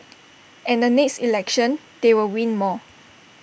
and the next election they will win more